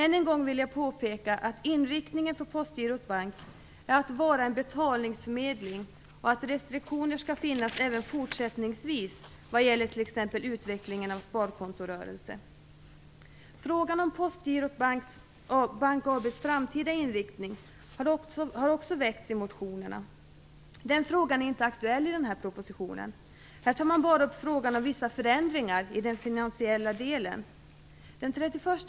Än en gång vill jag påpeka att inriktningen för Postgirot Bank är att vara en betalningsförmedling, och att restriktioner skall finnas även fortsättningsvis vad gäller t.ex. utvecklingen av en sparkontorörelse. Frågan om Postgirot Bank AB:s framtida inriktning har också väckts i motionerna. Den frågan är inte aktuell i denna proposition. Här tar man bara upp frågan om vissa förändringar i den finansiella delen.